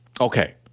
okay